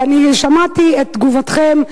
ושמעתי את תגובתכם,